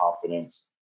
confidence